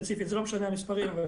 זה לא משנה המספרים,